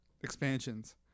expansions